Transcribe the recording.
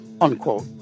Unquote